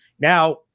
Now